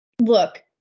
Look